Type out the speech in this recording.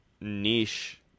niche